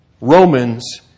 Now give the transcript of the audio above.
Romans